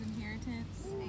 inheritance